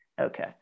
Okay